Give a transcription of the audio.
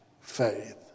faith